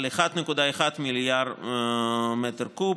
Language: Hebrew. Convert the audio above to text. של 1.1 מיליארד מטר קוב.